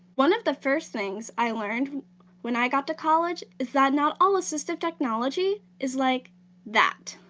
one of the first things i learned when i got to college is that not all assistive technology is like that.